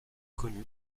connue